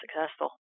successful